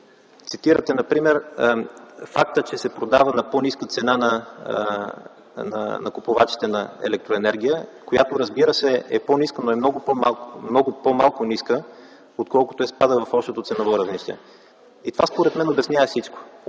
Цитирате например факта, че се продава на по-ниска цена на купувачите на електроенергия, която, разбира се, е по-ниска, но е много по-малко ниска отколкото е спадът в общото ценово равнище. Това, според мен, обяснява всичко.